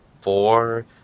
four